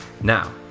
Now